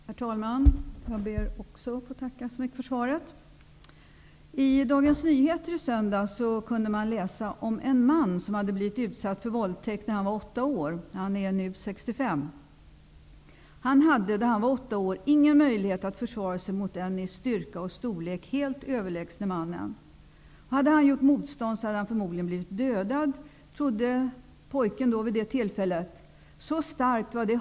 Herr talman! Också jag ber att få tacka så mycket för svaret. I Dagens Nyheter i söndags kunde man läsa om en man som blivit utsatt för våldtäkt när han var åtta år, han är nu 65 år. Han hade då han var åtta år inga möjligheter att försvara sig mot den i styrka och storlek helt överlägsne mannen. Hade han gjort motstånd så hade han förmodligen blivit dödad, trodde pojken vid det tillfället.